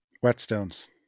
Whetstones